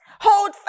Hold